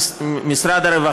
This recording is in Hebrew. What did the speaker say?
מה?